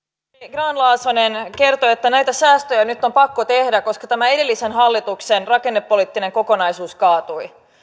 grahn laasonen kertoi että näitä säästöjä nyt on pakko tehdä koska edellisen hallituksen rakennepoliittinen kokonaisuus kaatui